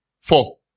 four